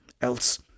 else